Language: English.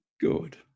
Good